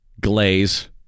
glaze